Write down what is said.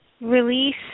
release